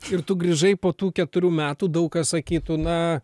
ir tu grįžai po tų keturių metų daug kas sakytų na